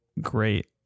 great